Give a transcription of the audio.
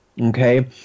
Okay